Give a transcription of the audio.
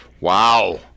Wow